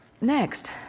Next